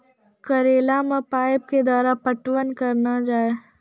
करेला मे पाइप के द्वारा पटवन करना जाए?